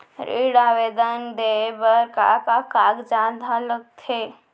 ऋण आवेदन दे बर का का कागजात ह लगथे?